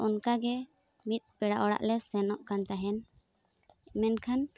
ᱚᱱᱠᱟᱜᱮ ᱢᱤᱫ ᱯᱮᱲᱟ ᱚᱲᱟᱜ ᱞᱮ ᱥᱮᱱᱚᱜ ᱠᱟᱱ ᱛᱟᱦᱮᱱ ᱢᱮᱱᱠᱷᱟᱱ